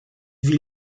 vie